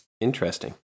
interesting